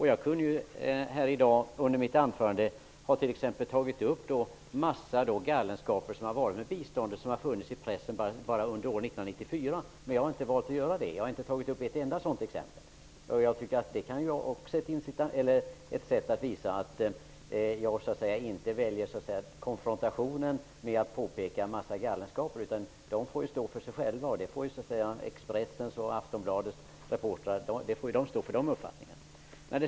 Jag kunde i mitt anförande här i dag ha tagit upp en massa av de galenskaper i fråga om biståndet som har förekommit och som har beskrivits i pressen bara under år 1994. Jag har valt att inte ta ett enda sådant exempel. Det kan också vara ett sätt att visa att jag inte väljer konfrontation. Galenskaperna får stå för sig själva, och Expressens och Aftonbladets reportrar får stå för sina uppfattningar.